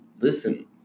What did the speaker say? listen